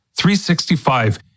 365